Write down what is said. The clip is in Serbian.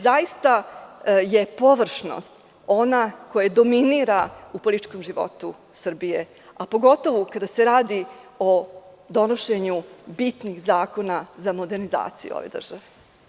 Zaista je površnost ona koja dominira u političkom životu Srbije, a pogotovu kada se radi o donošenju bitnih zakona za modernizaciju ove države.